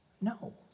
No